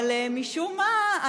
אבל משום מה,